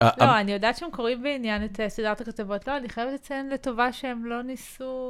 לא, אני יודעת שהם קוראים בעניין את סדרת הכתבות, לא, אני חייבת לציין לטובה שהם לא ניסו...